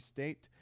State